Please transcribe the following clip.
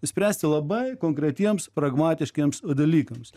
spręsti labai konkretiems pragmatiškiems dalykams